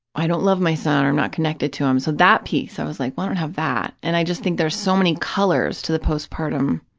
i don't love my son, or i'm not connected to him, so that piece, i was like, well, i don't have that. and i just think there's so many colors to the postpartum